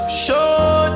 show